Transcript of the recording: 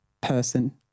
person